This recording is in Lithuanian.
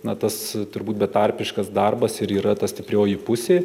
na tas turbūt betarpiškas darbas ir yra ta stiprioji pusė